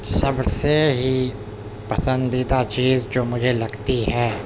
سب سے ہی پسندیدہ چیز جو مجھے لگتی ہے